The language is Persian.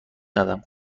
ندم